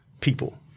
people